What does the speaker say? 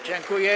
Dziękuję.